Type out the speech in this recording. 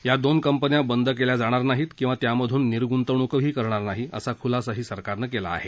या दोन कंपन्या बंद केल्या जाणार नाहीत किवा त्यामधून निर्गुतवणूकही करणार नाही असा खुलासाही सरकारनं केला आहे